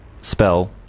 spell